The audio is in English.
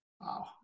Wow